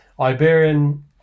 Iberian